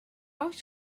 oes